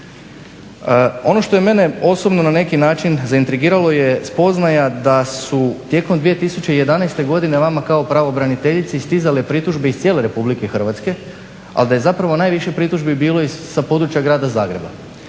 Ono što je mene osobno na neki način zaintrigiralo je spoznaja da su tijekom 2011. godine vama kao pravobraniteljici stizale pritužbe iz cijele RH, ali da je zapravo najviše pritužbi bilo sa područja Grada Zagreba.